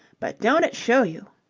but don't it show you?